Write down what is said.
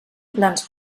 plans